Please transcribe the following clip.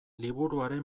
liburuaren